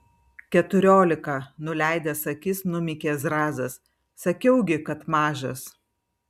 keturiolika nuleidęs akis numykė zrazas sakiau gi kad mažas